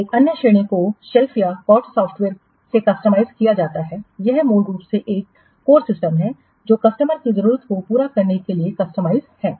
फिर एक अन्य श्रेणी को शेल्फ या COTS सॉफ़्टवेयर से कस्टमाइज किया जाता है यह मूल रूप से एक कोर सिस्टम है जो कस्टमर की जरूरतों को पूरा करने के लिए कस्टमाइज है